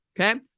Okay